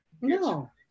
No